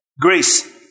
Grace